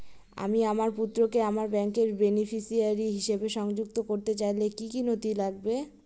আমি আমার পুত্রকে আমার ব্যাংকের বেনিফিসিয়ারি হিসেবে সংযুক্ত করতে চাইলে কি কী নথি লাগবে?